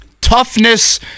toughness